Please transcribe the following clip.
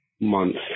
months